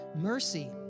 Mercy